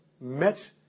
met